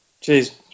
Cheers